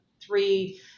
three